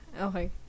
Okay